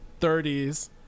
30s